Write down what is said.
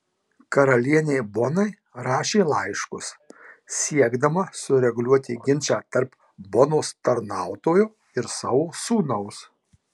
karalienei bonai rašė laiškus siekdama sureguliuoti ginčą tarp bonos tarnautojo ir savo sūnaus